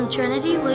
Trinity